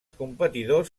competidors